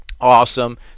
awesome